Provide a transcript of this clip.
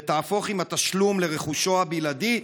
ותהפוך עם התשלום לרכושו הבלעדי?